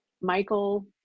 Michael